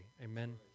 Amen